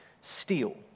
steal